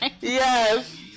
yes